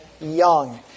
young